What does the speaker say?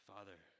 Father